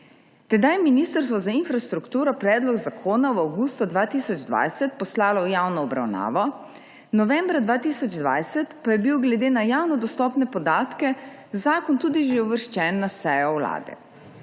Tedaj je Ministrstvo za infrastrukturo predlog zakona v avgustu 2020 poslalo v javno obravnavo. Novembra 2020 pa je bil glede na javno dostopne podatke zakon tudi že uvrščen na sejo vlade.